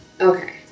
Okay